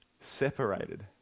separated